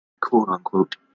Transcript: quote-unquote